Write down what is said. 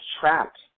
trapped